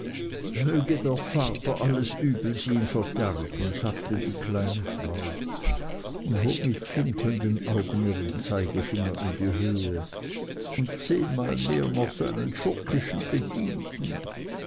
möge der vater alles übels ihn verderben sagte die kleine frau und hob mit funkelnden augen ihren zeigefinger in die höhe und zehnmal mehr noch seinen schurkischen bedienten